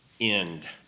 end